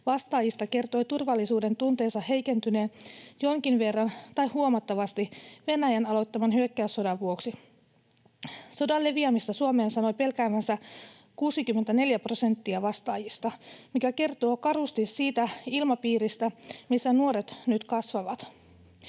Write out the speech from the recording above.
vastaajista kertoi turvallisuudentunteensa heikentyneen jonkin verran tai huomattavasti Venäjän aloittaman hyökkäyssodan vuoksi. Sodan leviämistä Suomeen sanoi pelkäävänsä 64 prosenttia vastaajista, mikä kertoo karusti siitä ilmapiiristä, missä nuoret nyt kasvavat.